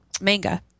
manga